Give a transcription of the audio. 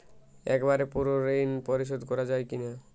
একবারে পুরো ঋণ পরিশোধ করা যায় কি না?